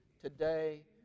today